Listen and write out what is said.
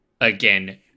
again